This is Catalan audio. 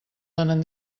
donen